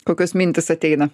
kokios mintys ateina